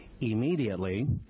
immediately